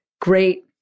great